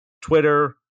Twitter